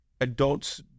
adults